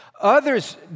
Others